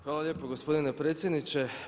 Hvala lijepo gospodine predsjedniče.